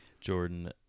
jordan